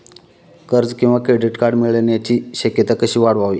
कर्ज किंवा credit card मिळण्याची शक्यता कशी वाढवावी?